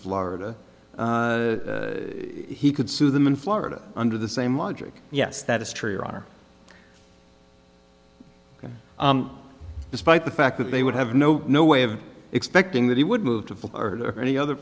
florida he could sue them in florida under the same logic yes that is true your honor despite the fact that they would have no no way of expecting that he would move to any other